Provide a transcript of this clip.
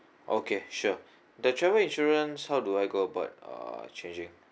okay sure the travel insurance how do I go about uh changing